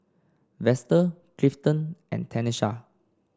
Vester Clifton and Tanesha